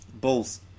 Bulls